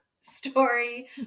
story